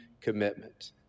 commitment